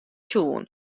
sjoen